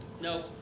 No